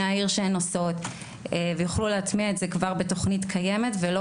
העיר שהן עושות ויוכלו להטמיע את זה כבר בתכנית קיימת ולא